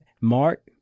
Mark